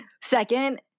Second